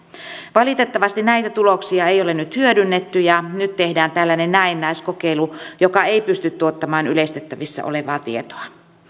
valitettavasti näitä tuloksia ei ole nyt hyödynnetty ja nyt tehdään tällainen näennäiskokeilu joka ei pysty tuottamaan yleistettävissä olevaa tietoa